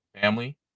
family